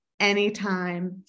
anytime